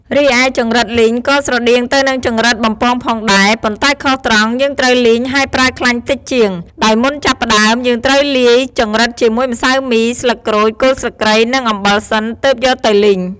រីឯចង្រិតលីងក៏ស្រដៀងទៅនឹងចង្រិតបំពងផងដែរ ប៉ុន្តែខុសត្រង់ យើងត្រូវលីង ហើយប្រើខ្លាញ់តិចជាង ដោយមុនចាប់ផ្ដើម យើងត្រូវលាយចង្រិតជាមួយម្សៅមី ស្លឹកក្រូច គល់ស្លឹកគ្រៃនិងអំបិលសិន ទើបយកទៅលីង។